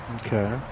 Okay